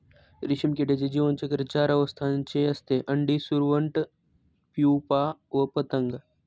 रेशीम किड्याचे जीवनचक्र चार अवस्थांचे असते, अंडी, सुरवंट, प्युपा व पतंग